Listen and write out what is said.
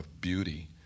beauty